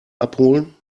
abholen